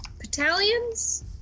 battalions